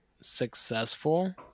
successful